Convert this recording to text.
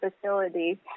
facility